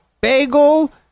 bagel